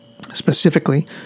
specifically